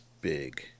big